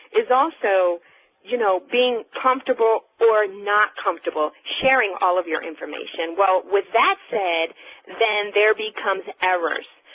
is also you know, being comfortable or not comfortable sharing all of your information. well, with that said then there becomes errors,